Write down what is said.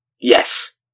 Yes